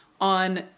on